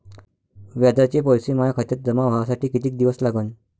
व्याजाचे पैसे माया खात्यात जमा व्हासाठी कितीक दिवस लागन?